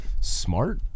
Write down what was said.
smart